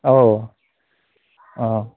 औ अ